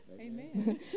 Amen